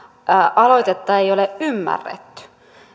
aloitetta ei ole ymmärretty